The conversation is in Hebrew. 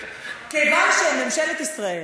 כיוון שממשלת ישראל,